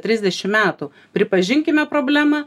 trisdešim metų pripažinkime problemą